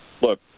look